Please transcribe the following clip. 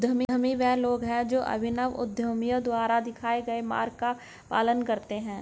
उद्यमी वे लोग हैं जो अभिनव उद्यमियों द्वारा दिखाए गए मार्ग का पालन करते हैं